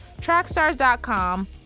trackstars.com